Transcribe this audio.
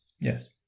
Yes